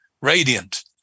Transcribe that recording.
radiant